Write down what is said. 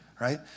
right